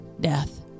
death